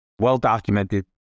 well-documented